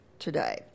today